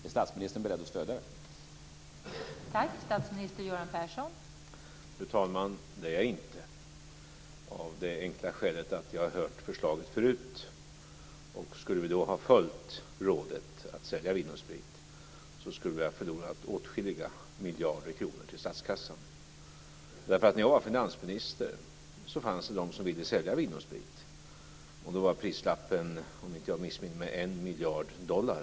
Är statsministern beredd att stödja detta?